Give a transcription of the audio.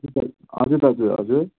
हजुर दाजु हजुर